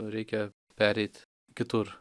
reikia pereit kitur